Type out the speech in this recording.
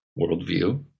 worldview